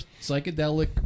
psychedelic